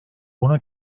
buna